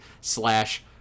slash